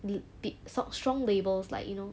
li~ pi~ sa~ strong labels like you know